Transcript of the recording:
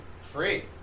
Free